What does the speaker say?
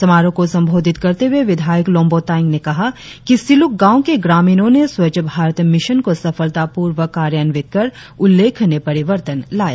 समारोह को संबोधित करते हुए विधायक लोंबो तायेंग ने कहा कि सिलुक गांव के ग्रामीणों ने स्वच्छ भारत मिशन को सफलतापूर्वक क्रियान्वित कर उल्लेखनीय परिवर्तन लाया है